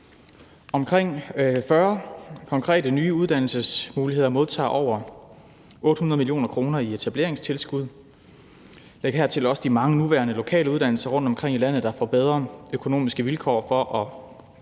Omkring 40 nye konkrete uddannelsesmuligheder modtager over 800 mio. kr. i etableringstilskud. Læg hertil også de mange nuværende lokale uddannelser rundtomkring i landet, der får bedre økonomiske vilkår for at